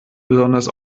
besonders